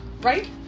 right